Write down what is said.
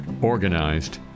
organized